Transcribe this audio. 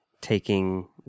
taking